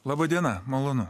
laba diena malonu